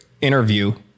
interview